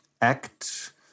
act